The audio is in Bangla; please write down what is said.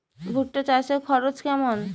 ভুট্টা চাষে খরচ কেমন?